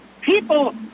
People